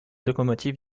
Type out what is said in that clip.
locomotive